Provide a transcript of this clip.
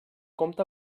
compta